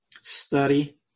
study